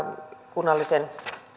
kunnallisen